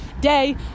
day